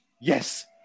Yes